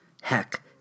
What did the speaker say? Heck